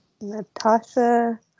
Natasha